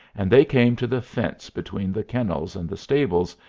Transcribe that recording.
and they came to the fence between the kennels and the stables,